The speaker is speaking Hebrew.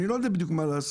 אני לא יודע בדיוק מה לעשות.